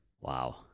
Wow